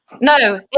no